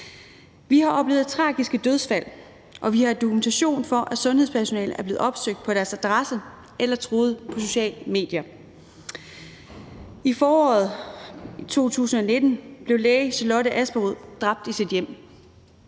Vi har oplevet tragiske dødsfald, og vi har dokumentation for, at sundhedspersonale er blevet opsøgt på deres adresse eller truet på sociale medier. I foråret 2019 blev lægen Charlotte Asperud dræbt i sit hjem,